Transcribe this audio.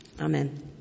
Amen